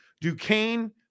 Duquesne